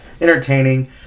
entertaining